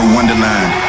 Wonderland